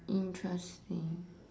interesting